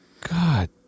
God